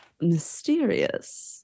mysterious